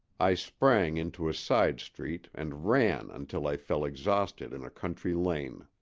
i sprang into a side street and ran until i fell exhausted in a country lane.